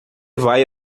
vai